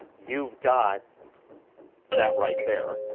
you've got that right there,